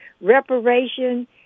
reparation